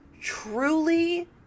truly